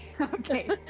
Okay